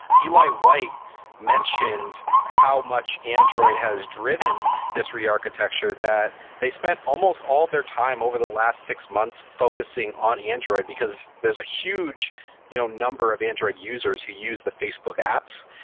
eli white mentioned how much android has driven this rearchitecture, that they spent almost all their time over the last six months focusing on android, because there's a huge you know number of android users who use the facebook apps.